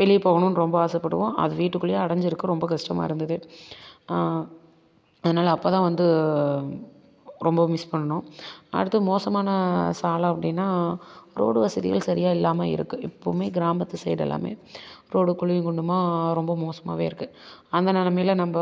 வெளியே போகணுன்னு ரொம்ப ஆசைப்படுவோம் அது வீட்டுக்குள்ளையே அடைஞ்சிருக்க ரொம்ப கஸ்டமாக இருந்தது அதனால அப்போ தான் வந்து ரொம்ப மிஸ் பண்ணோம் அடுத்து மோசமான சால அப்படின்னா ரோடு வசதிகள் சரியா இல்லாமல் இருக்கு இப்போவுமே கிராமத்து சைடு எல்லாமே ரோடு குழியும் குண்டுமாக ரொம்ப மோசமாகவே இருக்கு அந்த நிலமைல நம்ப